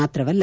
ಮಾತ್ರವಲ್ಲ